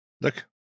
Look